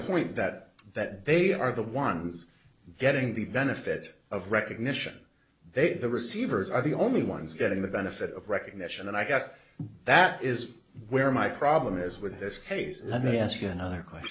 point that that they are the ones getting the benefit of recognition they the receivers are the only ones getting the benefit of recognition and i guess that is where my problem is with this case let me ask another question